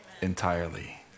entirely